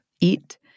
eat